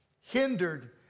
hindered